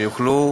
שיוכלו